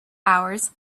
hours